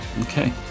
Okay